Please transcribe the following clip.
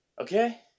Okay